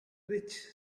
rich